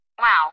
Wow